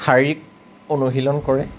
শাৰীৰিক অনুশীলন কৰে